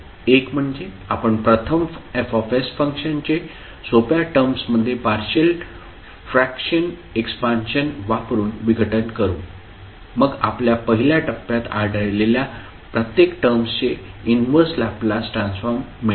एक म्हणजे आपण प्रथम F फंक्शनचे सोप्या टर्म्समध्ये पार्शियल फ्रॅक्शन एक्सपान्शन वापरून विघटन करू मग आपल्या पहिल्या टप्प्यात आढळलेल्या प्रत्येक टर्म्सचे इनव्हर्स लॅपलास ट्रान्सफॉर्म मिळेल